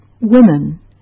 women